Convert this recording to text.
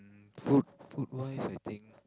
mm food food wise I think